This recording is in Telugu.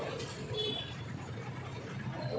ఎన్.ఇ.ఎఫ్.టి అంటే ఏంటిది?